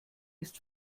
ist